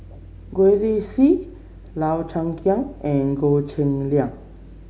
Gwee Li Sui Lau Chiap Khai and Goh Cheng Liang